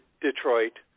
Detroit